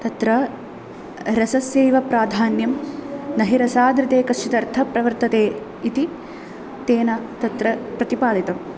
तत्र रसस्यैव प्राधान्यं न हि रसादृते कश्चिदर्थः प्रवर्तते इति तेन तत्र प्रतिपादितम्